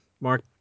Mark